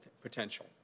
potential